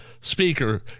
speaker